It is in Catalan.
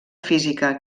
física